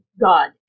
God